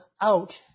out